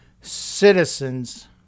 citizens